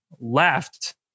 left